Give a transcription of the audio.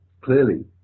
clearly